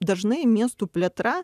dažnai miestų plėtra